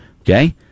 okay